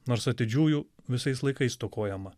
nors atidžiųjų visais laikais stokojama